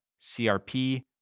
CRP